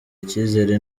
icyizere